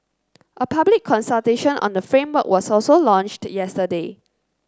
a public consultation on the framework was also launched yesterday